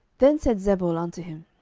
then said zebul unto him,